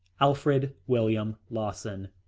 alfred william lawson.